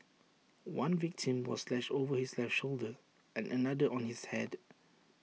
one victim was slashed over his left shoulder and another on his Head